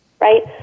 right